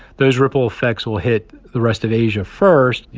those ripple effects will hit the rest of asia first. you